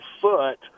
foot